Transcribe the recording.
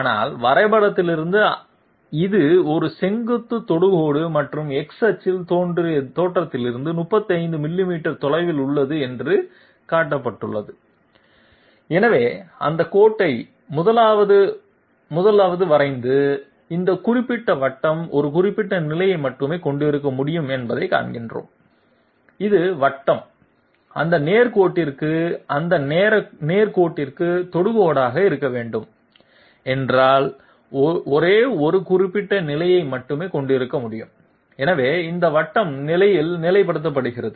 ஆனால் வரைபடத்திலிருந்து இது ஒரு செங்குத்து தொடுகோடு மற்றும் X அச்சில் தோற்றத்திலிருந்து 35 மில்லிமீட்டர் தொலைவில் உள்ளது என்று காட்டப்பட்டுள்ளது எனவே அந்த கோட்டை 1 வது வரைந்து இந்த குறிப்பிட்ட வட்டம் ஒரு குறிப்பிட்ட நிலையை மட்டுமே கொண்டிருக்க முடியும் என்பதைக் காண்கிறோம் இது வட்டம் அந்த நேர் கோட்டிற்கும் அந்த நேர் கோட்டிற்கும் தொடுகோடாக இருக்க வேண்டும் என்றால் ஒரே ஒரு குறிப்பிட்ட நிலையை மட்டுமே கொண்டிருக்க முடியும் எனவே இந்த வட்டம் நிலையில் நிலை ப்படுத்தப்படுகிறது